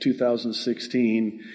2016